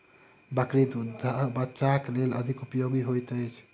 बकरीक दूध बच्चाक लेल अधिक उपयोगी होइत अछि